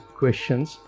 questions